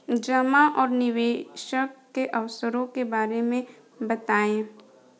जमा और निवेश के अवसरों के बारे में बताएँ?